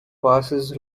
passes